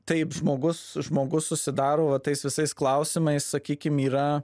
taip žmogus žmogus susidaro va tais visais klausimais sakykim yra